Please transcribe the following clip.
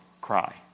cry